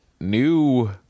new